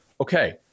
Okay